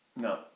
No